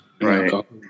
right